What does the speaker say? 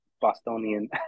Bostonian